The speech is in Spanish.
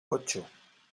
ocho